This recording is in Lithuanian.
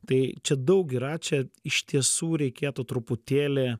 tai čia daug yra čia iš tiesų reikėtų truputėlį